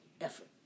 effort